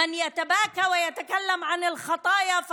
מי שמתבכיין ומדבר על חטאים,